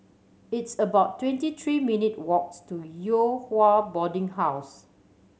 it's about twenty three minutes' walk to Yew Hua Boarding House